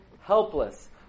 helpless